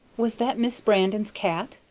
was that miss brandon's cat?